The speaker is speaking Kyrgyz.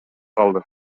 калды